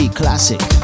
classic